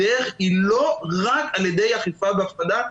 הדרך היא לא רק על ידי אכיפה והפחדה.